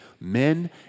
Men